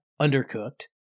undercooked